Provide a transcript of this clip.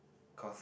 cause